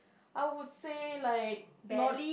I would say like not